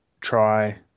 try